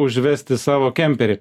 užvesti savo kemperį